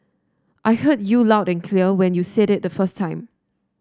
I heard you loud and clear when you said it the first time